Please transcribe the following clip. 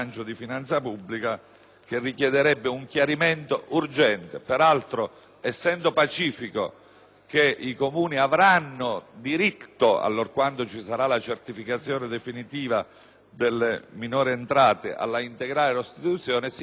che i Comuni avranno diritto, allorquando ci sara` la certificazione definitiva delle minori entrate, all’integrale restituzione, si rischia anche di creare un buco nel bilancio dello Stato. So che il Governo ha intenzione di farlo,